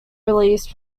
released